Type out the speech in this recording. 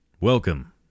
Welcome